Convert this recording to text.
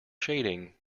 shading